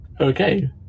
Okay